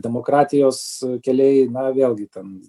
demokratijos keliai na vėlgi ten